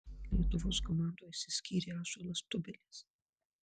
lietuvos komandoje išsiskyrė ąžuolas tubelis